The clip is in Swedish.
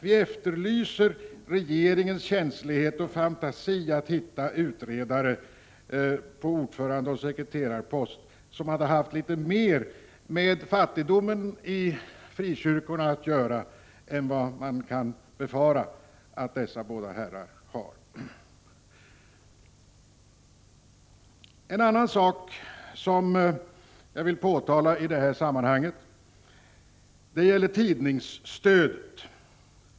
Vi efterlyser dock en viss känslighet och fantasi hos regeringen när det gäller att hitta sådana personer till ordförandeoch sekreterarposterna som kanske hade haft litet mer med fattigdomen i frikyrkorna att göra än man kan befara att de här två herrarna har. En annan sak som jag vill påtala i detta sammanhang gäller tidningsstödet.